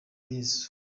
yesu